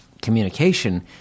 communication